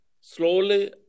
slowly